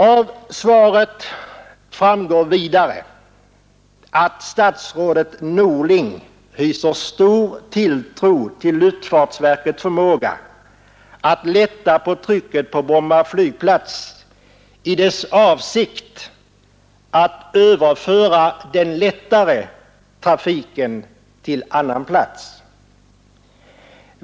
Av svaret framgår vidare, att statsrådet Norling hyser stor tilltro till luftfartsverkets förmåga att lätta på trycket på Bromma flygplats genom verkets avsikt att överföra den lättare trafiken till annan plats.